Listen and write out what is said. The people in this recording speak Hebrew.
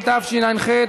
התשע"ח 2018,